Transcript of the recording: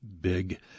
big